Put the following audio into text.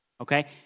okay